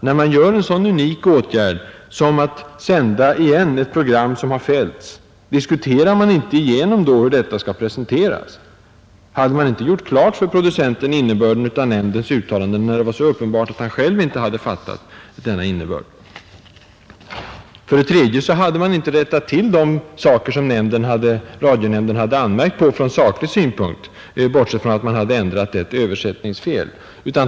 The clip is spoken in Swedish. När man vidtar en så unik åtgärd som att återigen sända ett program som har fällts, diskuterar man då inte igenom hur det skall presenteras? Hade man inte gjort klart för producenten innebörden av nämndens uttalanden, när det var så uppenbart att han inte själv hade fattat denna innebörd? Vidare hade man inte rättat till det som radionämnden hade anmärkt på från saklig synpunkt, bortsett från att man hade ändrat ett översättningsfel.